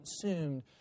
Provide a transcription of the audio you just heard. consumed